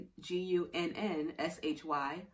G-U-N-N-S-H-Y